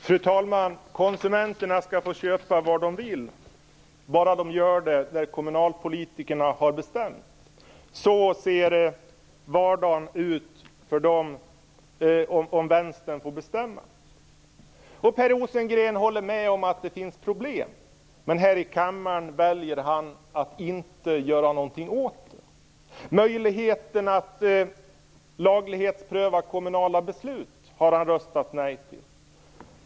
Fru talman! Konsumenterna skall få köpa var de vill, bara de gör det där kommunalpolitikerna har bestämt. Så ser vardagen ut för dem om Vänstern får bestämma. Per Rosengren håller med om att det finns problem, men här i kammaren väljer han att inte göra någonting åt det. Möjligheten att laglighetspröva kommunala beslut har han röstat nej till.